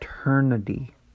eternity